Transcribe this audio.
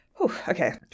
Okay